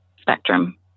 spectrum